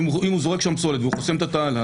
הוא זורק שם פסולת והוא חוסם את התעלה.